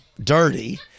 dirty